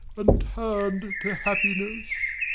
and turned to happiness!